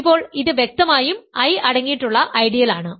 ഇപ്പോൾ ഇത് വ്യക്തമായും I അടങ്ങിയിട്ടുള്ള ഐഡിയൽ ആണ്